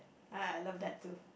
ya I love that too